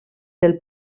del